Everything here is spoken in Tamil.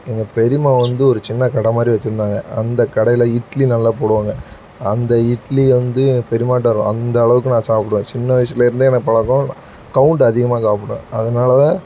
எங்கள் பெரியம்மா வந்து ஒரு சின்ன கடை மாதிரி வச்சிருந்தாங்க அந்த கடையில் இட்லி நல்லா போடுவாங்க அந்த இட்லி வந்து எங்கள் பெரியம்மாட்ட ரோ அந்தளவுக்கு நான் சாப்பிடுவேன் சின்ன வயிசுலேருந்தே எனக்கு பழக்கம் கௌண்ட் அதிகமாக சாப்பிடுவேன் அதனால தான்